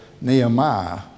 Nehemiah